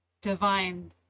divine